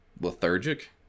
lethargic